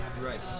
Right